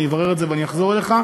אני אברר את זה ואני אחזור אליך.